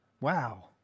Wow